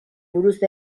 buruz